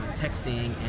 texting